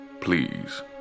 Please